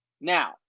now